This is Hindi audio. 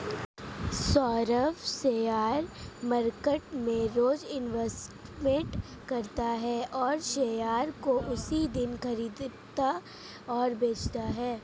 सौरभ शेयर मार्केट में रोज इन्वेस्टमेंट करता है और शेयर को उसी दिन खरीदता और बेचता है